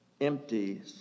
empty